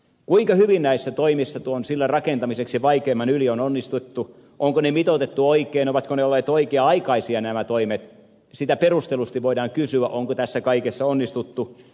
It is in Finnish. kuinka hyvin näissä toimissa tuon sillan rakentamiseksi vaikeimman yli on onnistuttu onko ne mitoitettu oikein ovatko nämä toimet olleet oikea aikaisia sitä perustellusti voidaan kysyä ja sitä onko tässä kaikessa onnistuttu